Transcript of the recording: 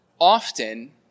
often